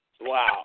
Wow